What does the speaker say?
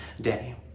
day